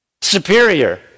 superior